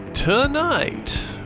tonight